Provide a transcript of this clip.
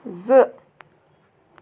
زٕ